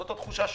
זאת התחושה שלי.